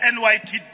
NYTD